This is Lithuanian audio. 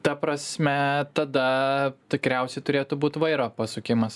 ta prasme tada tikriausiai turėtų būt vairo pasukimas